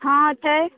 हॅं छै